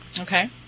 Okay